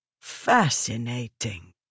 Fascinating